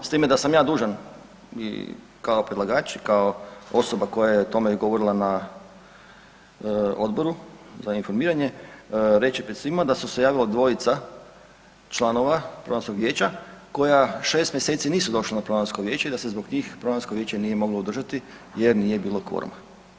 S time da sam ja dužan i kao predlagač i kao osoba koja je o tome govorila na Odboru za informiranje reći ću pred svima da su se javila dvojica članova Programskog vijeća koja 6 mjeseci nisu došla na Programsko vijeće i da se zbog njih Programsko vijeće nije moglo održati jer nije bilo kvoruma.